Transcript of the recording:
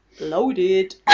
loaded